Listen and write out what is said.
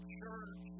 church